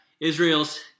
Israel's